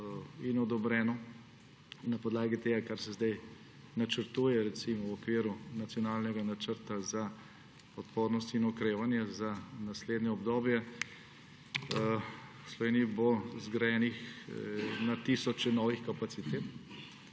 in odobreno, na podlagi tega, kar se sedaj načrtuje, recimo v okviru nacionalnega načrta za okrevanje in odpornost za naslednje obdobje bo v Sloveniji zgrajenih na tisoče novih kapacitet